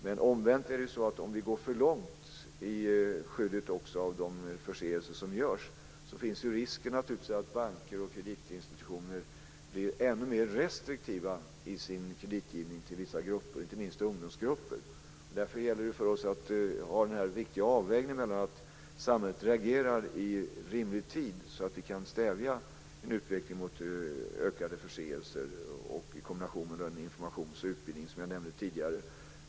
Men om vi går för långt i skyddet av de förseelser som görs finns det naturligtvis en risk att banker och kreditinstitutioner blir än mer restriktiva i sin kreditgivning till vissa grupper, inte minst till ungdomar. Det gäller att göra en avvägning. Det gäller att samhället reagerar i rimlig tid så att vi kan stävja en utveckling mot ökade förseelser. Detta ska ske i kombination med de informations och utbildningsinsatser som jag nämnde tidigare.